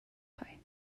pie